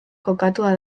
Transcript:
kokatua